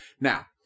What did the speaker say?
Now